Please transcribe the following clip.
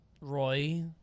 Roy